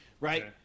Right